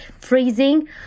freezing